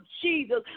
Jesus